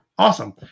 Awesome